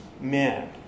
men